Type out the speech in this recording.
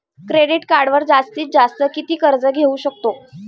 Credit कार्डवर जास्तीत जास्त किती कर्ज घेऊ शकतो?